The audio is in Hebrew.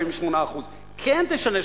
48%; כן תשנה,